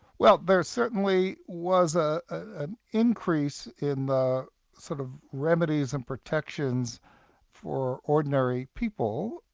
well there certainly was ah an increase in the sort of remedies and protections for ordinary people.